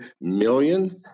million